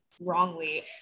wrongly